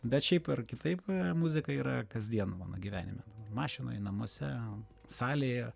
bet šiaip ar kitaip muzika yra kasdien mano gyvenime mašinoj namuose salėje